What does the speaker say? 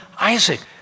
Isaac